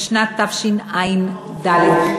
משנת תשע"ד.